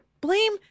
Blame